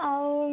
ଆଉ